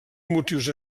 motius